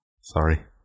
Sorry